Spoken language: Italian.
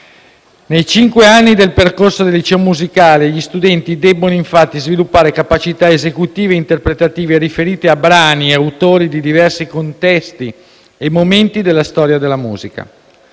Nei cinque anni del percorso del liceo musicale gli studenti debbono, infatti, sviluppare capacità esecutive e interpretative riferite a brani e autori di diversi contesti e momenti della storia della musica.